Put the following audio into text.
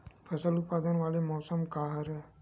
फसल उत्पादन वाले मौसम का हरे?